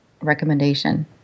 recommendation